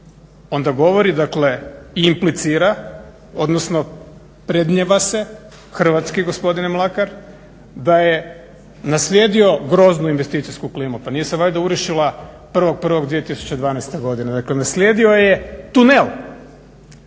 onda govori dakle i implicira, odnosno predmnijeva se hrvatski gospodine Mlakar da je naslijedio groznu investicijsku klimu. Pa nije se valjda urušila 1.1.2012. godine? Dakle naslijedio je tunel.